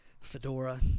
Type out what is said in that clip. Fedora